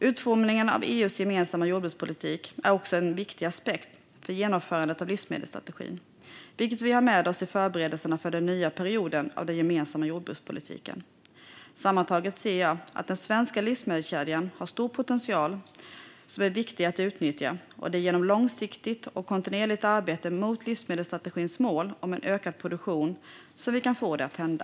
Utformningen av EU:s gemensamma jordbrukspolitik är också en viktig aspekt för genomförandet av livsmedelsstrategin, vilket vi har med oss i förberedelserna för den nya perioden av den gemensamma jordbrukspolitiken. Sammantaget ser jag att den svenska livsmedelskedjan har en stor potential som är viktig att utnyttja, och det är genom långsiktigt och kontinuerligt arbete mot livsmedelsstrategins mål om en ökad produktion som vi kan få det att hända.